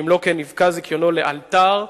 שאם לא כן יפקע זיכיונו לאלתר,